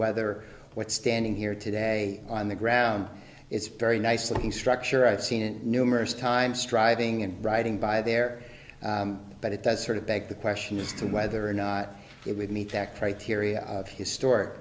whether what's standing here today on the ground it's very nice looking structure i've seen it numerous times driving and riding by there but it does sort of beg the question as to whether or not it would meet that criteria of his stor